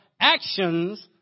actions